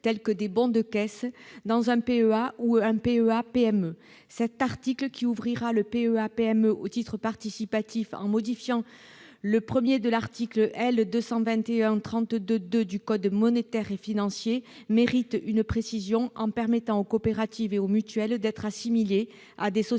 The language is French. tels que des bons de caisse, dans un PEA ou dans un PEA-PME. Cet article, qui ouvrira le PEA-PME aux titres participatifs en modifiant le 1° de l'article L. 221-32-2 du code monétaire et financier, mérite d'être précisé pour permettre aux coopératives et aux mutuelles d'être assimilées à des sociétés